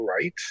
right